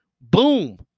boom